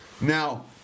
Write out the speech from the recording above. Now